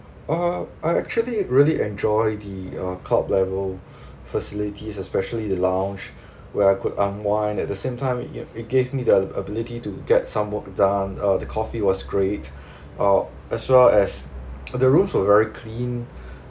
oh I actually really enjoy the uh club level facilities especially the lounge where I could unwind at the same time you know it gave me the ability to get some work done uh the coffee was great uh as well as the room were very clean